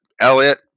Elliot